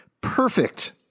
perfect